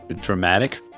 dramatic